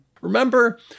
Remember